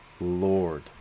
lord